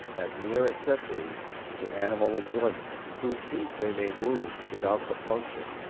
as mere accessaries to animal enjoyment whose peace they may wound without compunction,